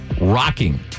rocking